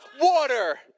water